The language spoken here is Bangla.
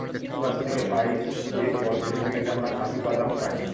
কাজু গাছ থেকে পাই যে ফল সেখান থেকে আমরা কাজু বাদাম পাই